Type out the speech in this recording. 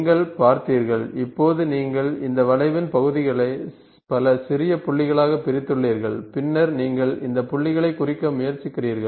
நீங்கள் பார்த்தீர்கள் இப்போது நீங்கள் இந்த வளைவின் பகுதிகளை பல சிறிய புள்ளிகளாக பிரித்துள்ளீர்கள் பின்னர் நீங்கள் அந்த புள்ளிகளைக் குறிக்க முயற்சிக்கிறீர்கள்